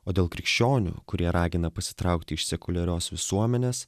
o dėl krikščionių kurie ragina pasitraukti iš sekuliarios visuomenės